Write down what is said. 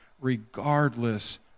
regardless